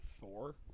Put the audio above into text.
Thor